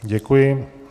Děkuji.